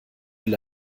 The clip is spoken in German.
will